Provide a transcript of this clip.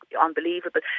unbelievable